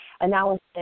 analysis